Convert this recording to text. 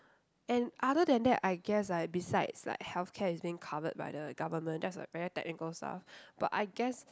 and other than that I guess like besides like healthcare is being covered by the government that's a very technical stuff but I guess